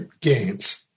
gains